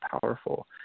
powerful